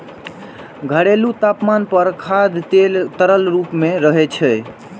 घरेलू तापमान पर खाद्य तेल तरल रूप मे रहै छै